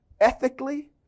ethically